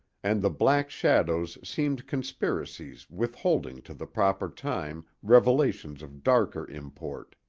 and the black shadows seemed conspiracies withholding to the proper time revelations of darker import.